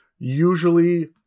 usually